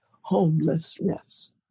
homelessness